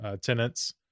tenants